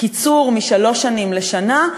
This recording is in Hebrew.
קיצור משלוש שנים לשנה,